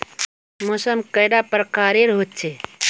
मौसम कैडा प्रकारेर होचे?